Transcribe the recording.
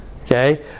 Okay